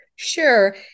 Sure